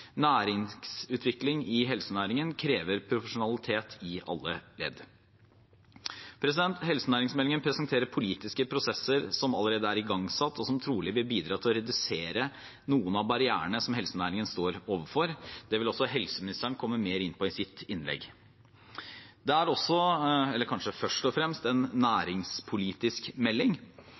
Næringsutvikling i helsenæringen krever profesjonalitet i alle ledd. Helsenæringsmeldingen presenterer politiske prosesser som allerede er igangsatt, og som trolig vil bidra til å redusere noen av barrierene som helsenæringen står overfor. Det vil også helseministeren komme mer inn på i sitt innlegg. Det er også – eller kanskje først og fremst – en næringspolitisk melding.